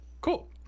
Cool